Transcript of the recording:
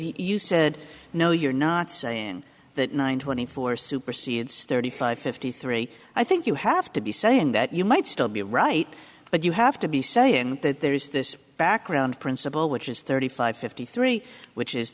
used said no you're not saying that nine twenty four supersedes thirty five fifty three i think you have to be saying that you might still be right but you have to be saying that there is this background principle which is thirty five fifty three which is